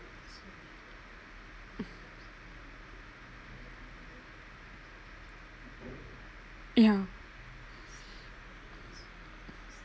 yeah